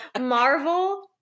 Marvel